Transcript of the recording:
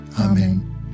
Amen